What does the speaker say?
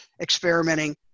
experimenting